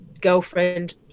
girlfriend